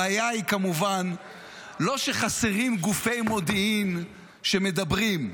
הבעיה היא כמובן לא שחסרים גופי מודיעין שמדברים,